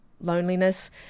loneliness